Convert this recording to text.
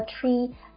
tree